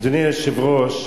אדוני היושב-ראש,